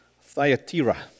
Thyatira